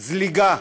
"זליגה".